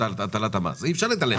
מה שמכנים "צפרדע".